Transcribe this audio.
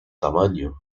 tamaño